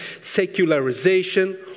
secularization